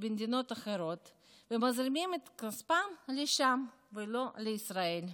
ובמדינות אחרות ומזרימים את כספם לשם ולא לישראל.